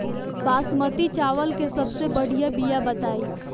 बासमती चावल के सबसे बढ़िया बिया बताई?